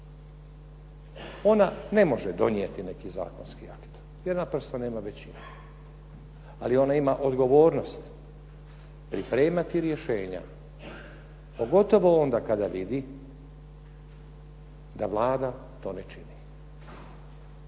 Ona ne može donijeti neki zakonski akt jer naprosto nema većinu, ali ona ima odgovornost pripremati rješenja, pogotovo onda kada vidi da Vlada to ne čini.